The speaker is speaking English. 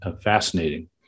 fascinating